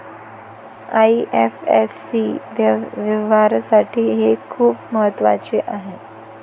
IFSC व्यवहारासाठी हे खूप महत्वाचे आहे